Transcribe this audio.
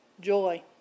Joy